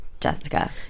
Jessica